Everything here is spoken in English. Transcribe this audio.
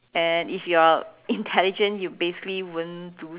and if you're intelligent you basically won't do